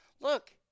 look